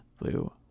Blue